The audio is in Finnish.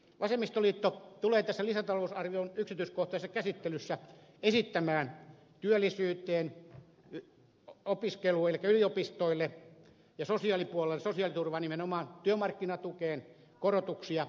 vasemmistoliitto tulee tässä lisätalousarvion yksityiskohtaisessa käsittelyssä esittämään työllisyyteen opiskeluun elikkä yliopistoille ja sosiaalipuolelle sosiaaliturvaan nimenomaan työmarkkinatukeen korotuksia